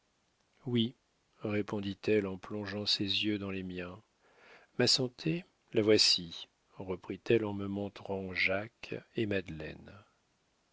oui répondit-elle en plongeant ses yeux dans les miens ma santé la voici reprit-elle en me montrant jacques et madeleine